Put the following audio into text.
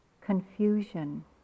confusion